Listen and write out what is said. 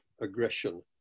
aggression